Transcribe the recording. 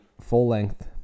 full-length